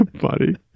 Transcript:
buddy